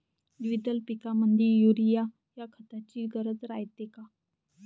द्विदल पिकामंदी युरीया या खताची गरज रायते का?